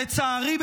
לצערי,